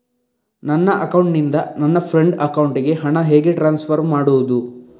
ನನ್ನ ಅಕೌಂಟಿನಿಂದ ನನ್ನ ಫ್ರೆಂಡ್ ಅಕೌಂಟಿಗೆ ಹಣ ಹೇಗೆ ಟ್ರಾನ್ಸ್ಫರ್ ಮಾಡುವುದು?